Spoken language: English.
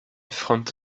front